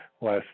last